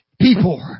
people